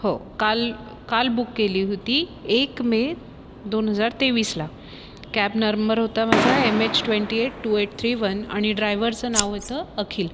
हो काल काल बुक केली होती एक मे दोन हजार तेवीसला कॅब नरमर होता माझा M H twenty eight two eight three one आणि ड्रायव्हरचं नाव होतं अखिल